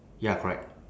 ya correct